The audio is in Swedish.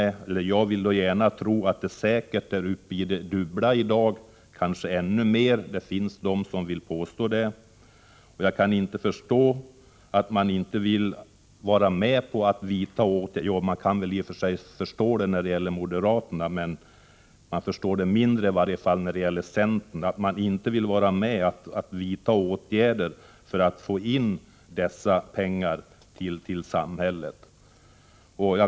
Detta belopp är i dag säkerligen uppe i det dubbla — kanske ännu mer; det finns de som vill påstå det. Jag kan i och för sig förstå det när det gäller moderaterna, men jag förstår det mindre när det gäller centern, att man inte vill vara med om att vidta åtgärder för att få in dessa pengar till samhället.